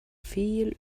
viel